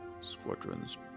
Squadron's